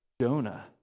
Jonah